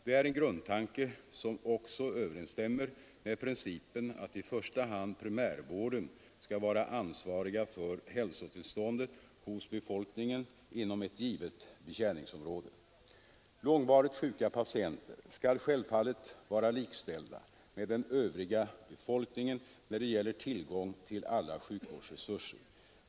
Det är en grundtanke som också överensstämmer med principen att i första hand primärvården skall ansvara för hälsotillståndet hos befolkningen inom ett givet betjäningsområde. Långvarigt sjuka patienter skall självfallet vara likställda med den övriga befolkningen när det gäller tillgång till alla sjukvårdsresurser.